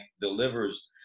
delivers